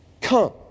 Come